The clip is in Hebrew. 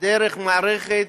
מערכת